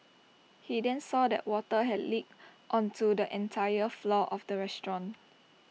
he then saw that water had leaked onto the entire floor of the restaurant